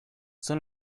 son